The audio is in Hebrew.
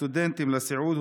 סטודנטית לסיעוד,